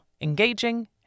engaging